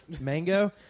Mango